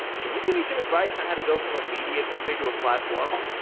can you give me some advice on how to go from a media company to a platform?